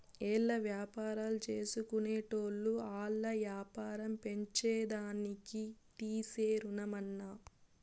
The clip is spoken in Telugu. ఏంలా, వ్యాపారాల్జేసుకునేటోళ్లు ఆల్ల యాపారం పెంచేదానికి తీసే రుణమన్నా